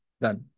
done